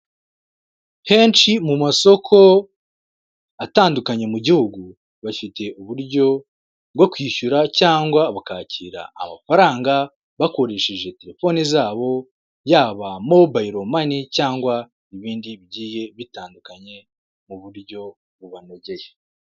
Henshi mu masoko atandukanye mu gihugu, bafite uburyo bwo kwishyura cyangwa bakakira amafaranga bakoresheje telefoni zabo, yaba Mobile Money cyangwa n'ibindi bigiye bitandukanye mu buryo bubanogeye.